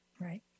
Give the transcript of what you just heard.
Right